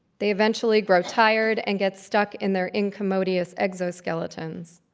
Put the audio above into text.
they eventually grow tired and get stuck in their incommodious exoskeletons.